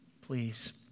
please